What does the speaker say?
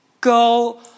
go